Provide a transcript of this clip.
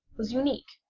was unique.